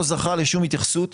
התלונה הזו לא זכתה לשום התייחסות,